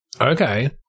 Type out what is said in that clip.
Okay